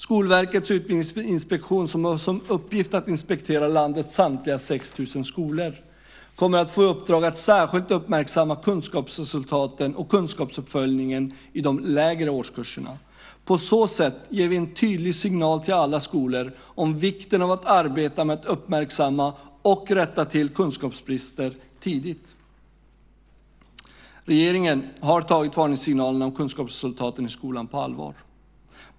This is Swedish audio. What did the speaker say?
Skolverkets utbildningsinspektion som har som uppgift att inspektera landets samtliga 6 000 skolor kommer att få i uppdrag att särskilt uppmärksamma kunskapsresultaten och kunskapsuppföljningen i de lägre årskurserna. På så sätt ger vi en tydlig signal till alla skolor om vikten av att arbeta med att uppmärksamma och rätta till kunskapsbrister tidigt. Regeringen har tagit varningssignalerna om kunskapsresultaten i skolan på allvar.